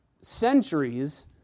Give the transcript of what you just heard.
centuries